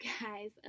guys